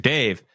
Dave